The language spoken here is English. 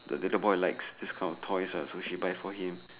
the little boy likes this kind of toys lah so she buys for him